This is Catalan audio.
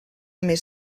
més